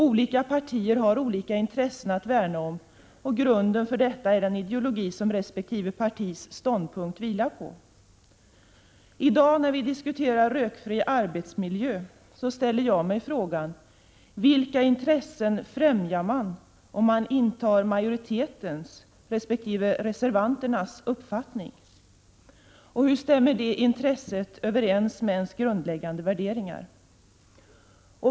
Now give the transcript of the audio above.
Olika partier har olika intressen att värna om, och grunden för detta är den ideologi som resp. partis ståndpunkter vilar på. I dag när vi diskuterar rökfri arbetsmiljö så ställer jag mig frågan: Vilka intressen främjar man om man intar majoritetens eller reservanternas uppfattning? Hur stämmer det intresset överens med ens grundläggande värderingar?